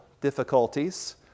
difficulties